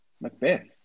Macbeth